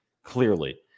Clearly